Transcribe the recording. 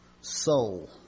soul